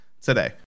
today